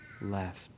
left